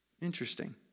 Interesting